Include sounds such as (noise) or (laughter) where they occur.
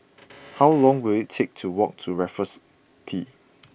(noise) how long will it take to walk to Raffles Quay